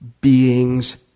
beings